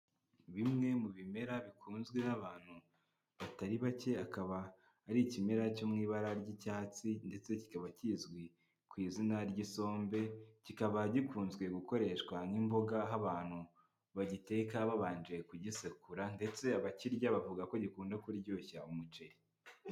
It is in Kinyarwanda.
Bimwe mu bimera bikunzwe n'abantu batari bake, akaba ari ikimera cyo mu ibara ry'icyatsi, ndetse kikaba kizwi ku izina ry'isombe, kikaba gikunze gukoreshwa nk'imboga aho abantu bagiteka babanje kugisekura, ndetse abakirya bavuga ko gikunda kuryoshya umuceri.